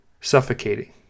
suffocating